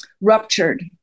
ruptured